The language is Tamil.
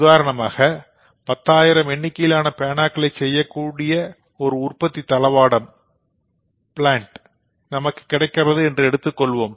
உதாரணமாக பத்தாயிரம் எண்ணிக்கையிலான பேனாக்கள் செய்யக்கூடிய ஒரு பிளான்ட் நமக்கு கிடைக்கிறது என்று எடுத்துக்கொள்வோம்